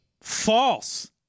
False